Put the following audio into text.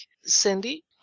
Cindy